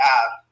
app